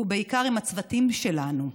ובעיקר עם הצוותים שלנו.